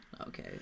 Okay